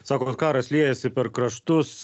sako kad karas liejasi per kraštus